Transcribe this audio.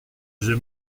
j’ai